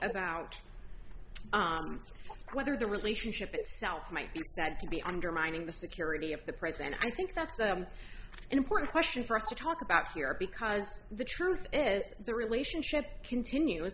about whether the relationship itself might be that to be undermining the security of the press and i think that's an important question for us to talk about here because the truth is the relationship continues